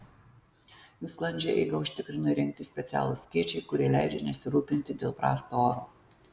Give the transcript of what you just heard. jų sklandžią eigą užtikrino įrengti specialūs skėčiai kurie leidžia nesirūpinti dėl prasto oro